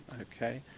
Okay